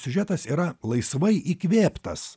siužetas yra laisvai įkvėptas